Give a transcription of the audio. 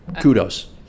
kudos